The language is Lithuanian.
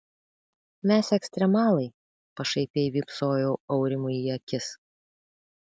mes ekstremalai pašaipiai vypsojau aurimui į akis